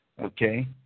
okay